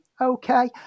okay